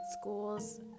Schools